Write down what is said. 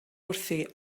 wrthi